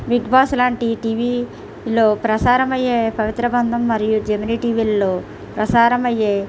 big Boss లాంటివి టీవీలో ప్రసారమయ్యే పవిత్ర బంధం మరియు జెమినీ టీవీలలో ప్రసారమయ్యే